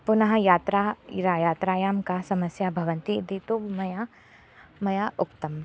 पुनः यात्राः यात्रायां का समस्याः भवन्ति इति तु मया मया उक्तम्